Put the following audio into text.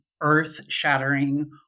earth-shattering